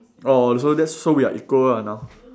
orh so that's so we are equal ah now